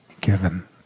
given